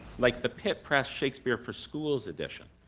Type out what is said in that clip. like the pitt press shakespeare for schools edition,